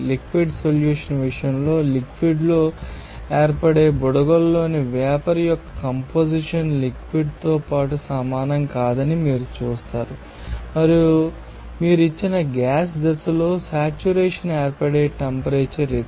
liquid solution విషయంలో liquid లో ఏర్పడే బుడగల్లోని వేపర్ యొక్క కంపొజిషన్ లిక్విడ్ తో సమానం కాదని మీరు చూస్తారు మరియు మీరు ఇచ్చిన గ్యాస్ దశలో సెట్యురేషన్ ఏర్పడే టెంపరేచర్ ఇది